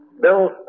Bill